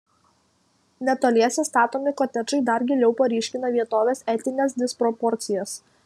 netoliese statomi kotedžai dar giliau paryškina vietovės etines disproporcijas